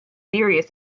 serious